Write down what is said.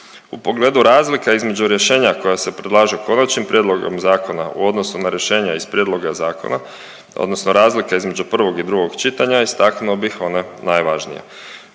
U pogledu razlika između rješenja koja se predlažu Konačnim prijedlogom zakona u odnosu na rješenja iz prijedloga zakona odnosno razlika između prvog i drugog čitanja istaknuo bih ona najvažnija.